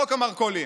חוק המרכולים,